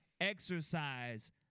Exercise